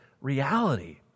reality